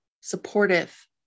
supportive